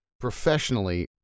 professionally